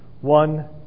One